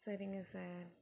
சரிங்க சார்